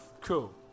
Cool